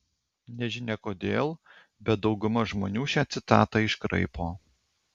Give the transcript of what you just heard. nežinia kodėl bet dauguma žmonių šią citatą iškraipo